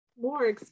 more